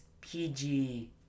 PG